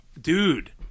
dude